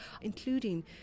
including